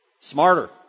smarter